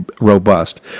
robust